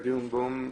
בירנבוים,